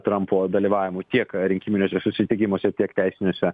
trampo dalyvavimu tiek rinkiminiuose susitikimuose tiek teisiniuose